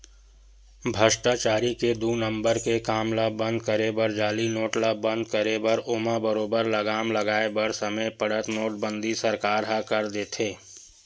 भस्टाचारी के दू नंबर के काम ल बंद करे बर जाली नोट ल बंद करे बर ओमा बरोबर लगाम लगाय बर समे पड़त नोटबंदी सरकार ह कर देथे